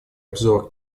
обзор